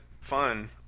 fun